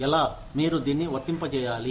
ఎలా మీరు దీన్ని వర్తింపజేయాలి